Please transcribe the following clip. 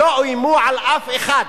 שלא איימו על אף אחד.